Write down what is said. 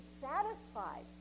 satisfied